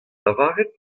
lavaret